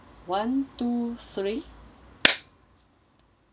one two three